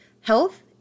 health